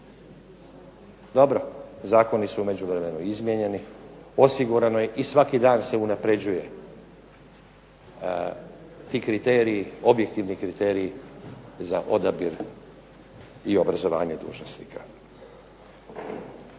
Dobro, zakoni su u međuvremenu izmijenjeni, osigurano je i svaki dan se unaprjeđuje ti objektivni kriteriji za odabir i obrazovanje dužnosnika.